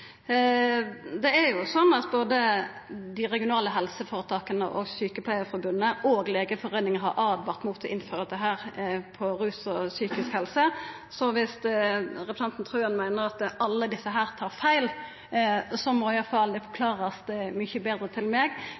Både dei regionale helseføretaka, Sjukepleiarforbundet og Legeforeininga har jo åtvara mot å innføra dette innan rus og psykisk helse, så viss representanten Trøen meiner at alle desse tar feil, må det iallfall forklarast mykje betre for meg.